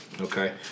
okay